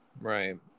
Right